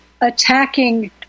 attacking